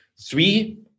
Three